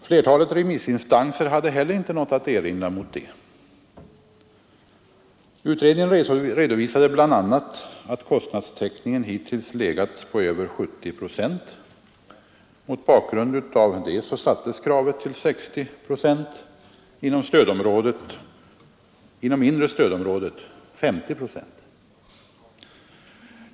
Flertalet remissin stanser hade heller inte något att erinra mot det. Utredningen redovisade bl.a. att kostnadstäckningen legat på över 70 procent. Mot bakgrund av det sattes kravet till 60 procent — inom inre stödområdet 50 procent.